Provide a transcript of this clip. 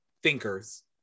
thinkers